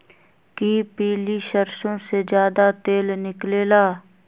कि पीली सरसों से ज्यादा तेल निकले ला?